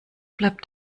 bleibt